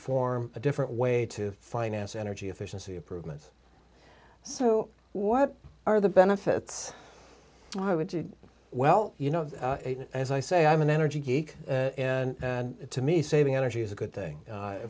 form a different way to finance energy efficiency improvements so what are the benefits why would you well you know as i say i'm an energy geek and to me saving energy is a good thing